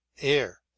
air